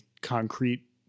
concrete